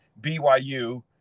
BYU